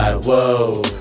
Whoa